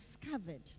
discovered